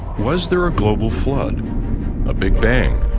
was there a global flood a big bang?